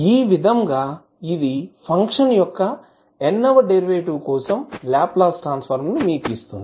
ఈ విధంగా ఇది ఫంక్షన్ యొక్క n వ డెరివేటివ్ కోసం లాప్లాస్ ట్రాన్స్ ఫార్మ్ ను మీకు ఇస్తుంది